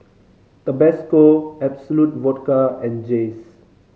Tabasco Absolut Vodka and Jays